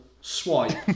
swipe